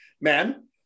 man